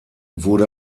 wurde